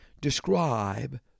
describe